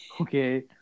Okay